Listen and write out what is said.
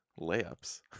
layups